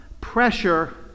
pressure